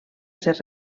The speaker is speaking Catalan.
ser